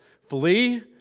Flee